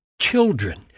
children